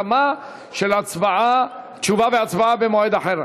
אני אומר מראש שגם פה יש הסכמה על תשובה והצבעה במועד אחר.